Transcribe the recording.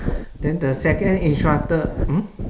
then the second instructor hmm